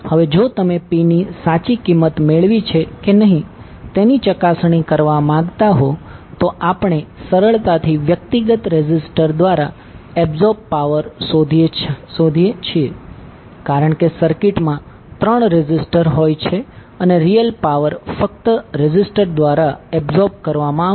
હવે જો તમે P ની સાચી કિંમત મેળવી છે કે નહીં તેની ચકાસણી કરવા માંગતા હો તો આપણે સરળતાથી વ્યક્તિગત રેઝીસ્ટર દ્વારા એબ્સોર્બ પાવર શોધીએ છીએ કારણ કે સર્કિટમાં ત્રણ રેઝીસ્ટર હોય છે અને રીયલ પાવર ફક્ત રેઝિસ્ટર દ્વારા એબ્સોર્બ કરવામાં આવશે